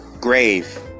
grave